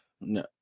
No